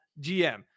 GM